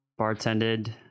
bartended